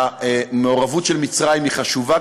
המעורבות של מצרים היא חשובה,